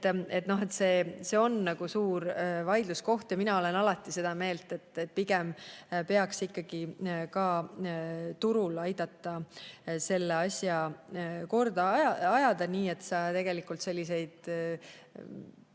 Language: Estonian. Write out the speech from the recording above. See on suur vaidluskoht ja mina olen alati olnud seda meelt, et pigem peaks ikkagi aitama turul selle asja korda ajada, nii et me tegelikult selliseid